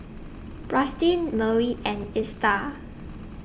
Rustin Mearl and Esta